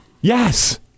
Yes